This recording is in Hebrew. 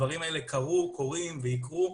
הדברים האלה קרו, קורים ויקרו.